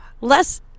less